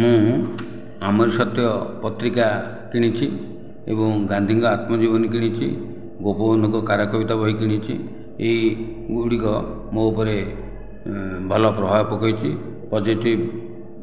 ମୁଁ ଆମର ସତ୍ୟ ପତ୍ରିକା କିଣିଛି ଏବଂ ଗାନ୍ଧୀଙ୍କ ଆତ୍ମଜୀବନୀ କିଣିଛି ଗୋପବନ୍ଧୁଙ୍କ କାରା କବିତା ବହି କିଣିଛି ଏହି ଗୁଡ଼ିକ ମୋ ଉପରେ ଭଲ ପ୍ରଭାବ ପକାଇଛି ପଜିଟିଭ